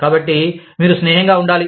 కాబట్టి మీరు స్నేహంగా ఉండాలి